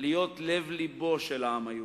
להיות לב-לבו של העם היהודי.